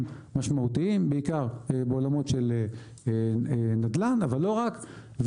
משמעותיים בעיקר בעולמות של נדל"ן אבל לא רק,